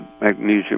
magnesium